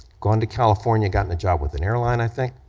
gone to california, gotten a job with an airline, i think,